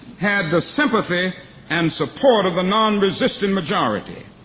had the sympathy and support of the non-resisting majority.